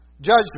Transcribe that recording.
judgment